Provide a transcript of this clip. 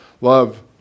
Love